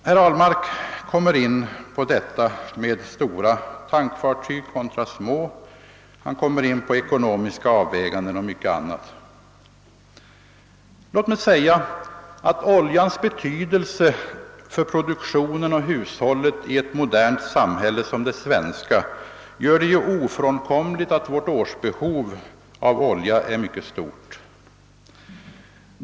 Herr Ahlmark tar upp frågan om små tankfartyg kontra stora, och han berör frågan om den ekonomiska effekten och mycket annat. Oljans betydelse för produktionen och hushållen i ett modernt samhälle som det svenska gör det ofrånkomligt att vårt årsbehov av olja är mycket stort.